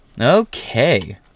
Okay